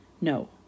no